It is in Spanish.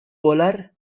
volar